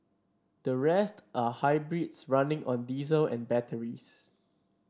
the rest are hybrids running on diesel and batteries